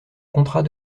contrat